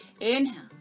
Inhale